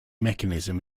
mechanism